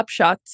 upshots